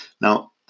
Now